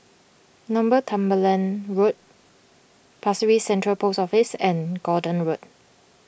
Northumberland Road Pasir Ris Central Post Office and Gordon Road